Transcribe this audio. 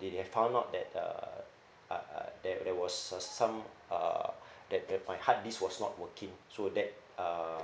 they they have found out that uh uh there there was s~ some uh that the my hard disk was not working so that uh